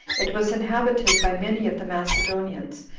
it was inhabited by many of the macedonians,